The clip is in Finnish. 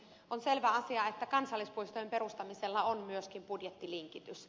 on selvä asia että kansallispuistojen perustamisella on myöskin budjettilinkitys